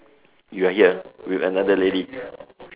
you're here with another lady